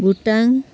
Bhutan